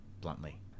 bluntly